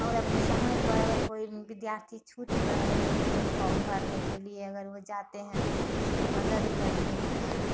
और अपने समय पे अगर कोई विद्यार्थी छूट जाए कोनो फॉर्म भरने के लिए अगर वो जाते हैं उसको मदद करते हैं